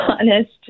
honest